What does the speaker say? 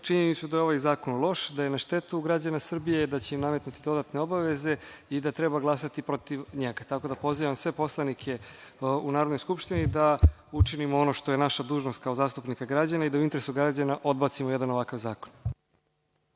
činjenicu da je ovaj zakon loš, da je na štetu građana Srbije, da će im nametnuti dodatne obaveze i da treba glasati protiv njega. Tako da pozivam sve poslanike u Narodnoj skupštini da učinimo ono što je naša dužnost, kao zastupnika građana, i da u interesu građana odbacimo jedan ovakav zakon.